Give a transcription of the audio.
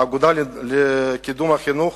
האגודה לקידום החינוך